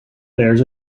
layers